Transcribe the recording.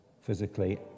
physically